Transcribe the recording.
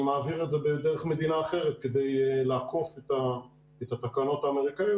מעביר את זה דרך מדינה אחרת כדי לעקוף את התקנות האמריקאיות,